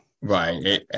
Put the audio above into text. right